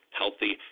healthy